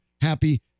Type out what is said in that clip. happy